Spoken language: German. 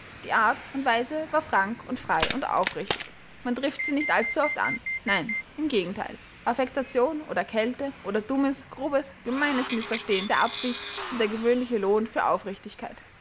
die art und weise war frank und frei und aufrichtig man trifft sie nicht allzu oft an nein im gegenteil affektation oder kälte oder dummes grobes gemeines mißverstehen der absicht sind der gewöhnliche lohn für aufrichtigkeit